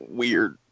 weird